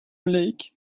lake